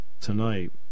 tonight